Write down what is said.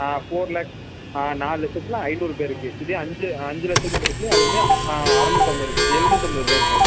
ஆ four lakh ஆ நாலு லட்சத்தில் ஐந்நூறு பேருக்கு இதே அஞ்சு அஞ்சு லட்சத்துக்கு இருக்குது அது வந்து அறுநூத்தம்பது எழுநூத்தம்பதுப் பேருக்கு அது